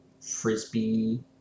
frisbee